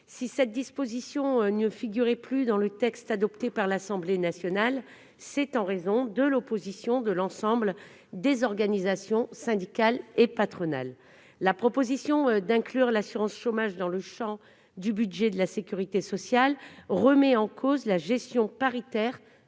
Si cette disposition ne figurait plus dans le texte adopté par l'Assemblée nationale, c'est en raison de l'opposition de l'ensemble des organisations syndicales et patronales. La proposition d'inclure ce régime dans le champ du PLFSS remet en cause sa gestion paritaire.